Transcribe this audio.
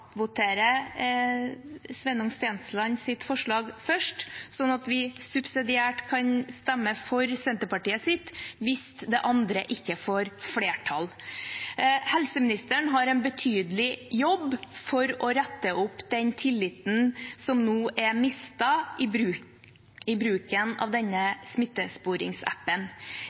voterer over representanten Stenslands forslag først, slik at vi subsidiært kan stemme for Senterpartiets forslag hvis det andre ikke får flertall. Helseministeren har en betydelig jobb å gjøre med å rette opp den tilliten som nå er mistet ved bruken av smittesporingsappen.